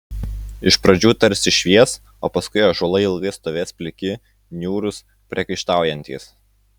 iš pradžių tarsi švies o paskui ąžuolai ilgai stovės pliki niūrūs priekaištaujantys